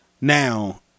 Now